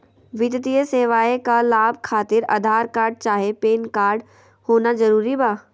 वित्तीय सेवाएं का लाभ खातिर आधार कार्ड चाहे पैन कार्ड होना जरूरी बा?